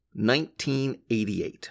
1988